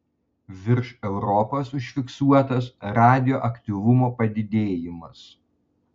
virš europos užfiksuotas radioaktyvumo padidėjimas